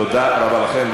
תודה רבה לכם.